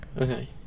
Okay